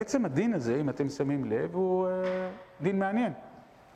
עצם הדין הזה, אם אתם שמים לב, הוא דין מעניין.